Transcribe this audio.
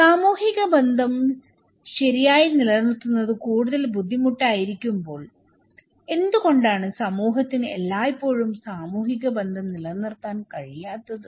സാമൂഹിക ബന്ധം ശരിയായി നിലനിർത്തുന്നത് കൂടുതൽ ബുദ്ധിമുട്ടായിരിക്കുമ്പോൾ എന്തുകൊണ്ടാണ് സമൂഹത്തിന് എല്ലായ്പ്പോഴും സാമൂഹിക ബന്ധം നിലനിർത്താൻ കഴിയാത്തത്